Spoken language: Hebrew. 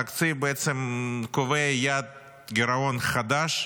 התקציב בעצם קובע יעד גירעון חדש,